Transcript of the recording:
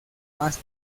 más